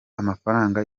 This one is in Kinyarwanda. amafaranga